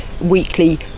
weekly